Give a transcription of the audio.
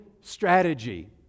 strategy